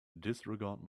disregard